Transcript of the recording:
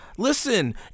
listen